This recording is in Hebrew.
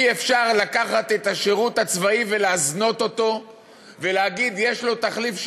אי-אפשר לקחת את השירות הצבאי ולהזנות אותו ולהגיד: יש לו תחליף,